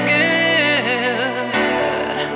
good